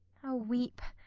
oh, weep,